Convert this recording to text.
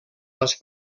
les